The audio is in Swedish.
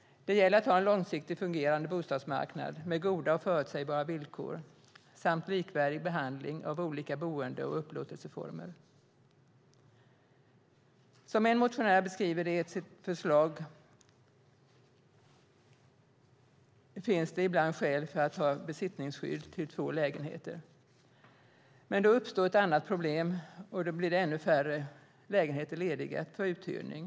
Det gäller att ha en långsiktigt fungerande bostadsmarknad med goda och förutsägbara villkor samt likvärdig behandling av olika boende och upplåtelseformer. Som en motionär beskriver det i sitt förslag finns det ibland skäl för att ha besittningsskydd till två lägenheter. Men då uppstår ett annat problem. Det blir ännu färre lägenheter lediga för uthyrning.